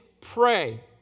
pray